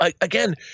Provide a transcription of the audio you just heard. again